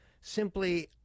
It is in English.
Simply